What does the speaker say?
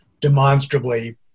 demonstrably